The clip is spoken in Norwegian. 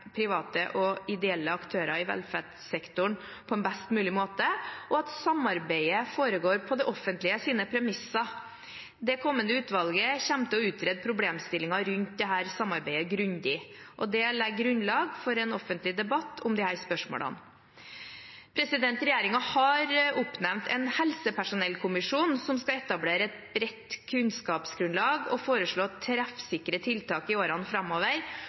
private og ideelle aktører i velferdssektoren på en best mulig måte, og at samarbeidet foregår på det offentliges premisser. Det kommende utvalget kommer til å utrede problemstillinger rundt dette samarbeidet grundig. Det legger grunnlag for en god offentlig debatt om disse spørsmålene. Regjeringen har oppnevnt en helsepersonellkommisjon som skal etablere et bredt kunnskapsgrunnlag og foreslå treffsikre tiltak i årene framover